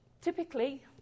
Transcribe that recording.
Typically